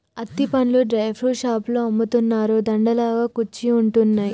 అత్తి పండ్లు dry fruits షాపులో అమ్ముతారు, దండ లాగా కుచ్చి ఉంటున్నాయి